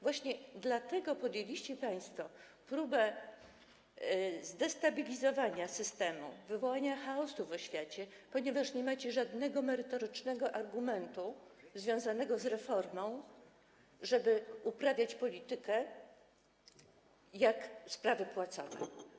Właśnie dlatego podjęliście państwo próbę zdestabilizowania systemu, wywołania chaosu w oświacie, ponieważ nie macie żadnego merytorycznego argumentu związanego z reformą, żeby móc uprawiać politykę, chodzi tylko o sprawy płacowe.